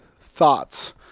thoughts